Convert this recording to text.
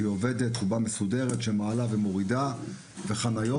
וזה עובד בצורה מסודרת על מנת להוריד ולהעלות אנשים להר וממנו.